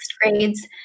grades